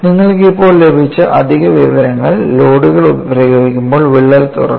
നിങ്ങൾക്ക് ഇപ്പോൾ ലഭിച്ച അധിക വിവരങ്ങൾ ലോഡുകൾ പ്രയോഗിക്കുമ്പോൾ വിള്ളൽ തുറക്കും